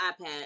ipad